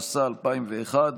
התשס"א 2001,